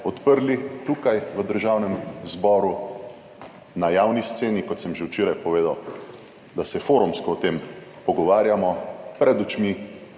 odprli tukaj v Državnem zboru na javni sceni, kot sem že včeraj povedal, da se forumsko o tem pogovarjamo pred očmi